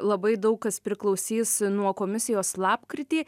labai daug kas priklausys nuo komisijos lapkritį